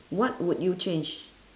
what would you change